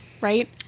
right